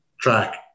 track